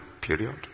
period